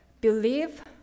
believe